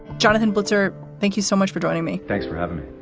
jonathan blitzer, thank you so much for joining me. thanks for having me.